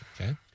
Okay